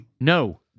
No